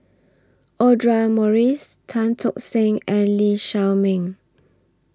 Audra Morrice Tan Tock Seng and Lee Shao Meng